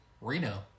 Reno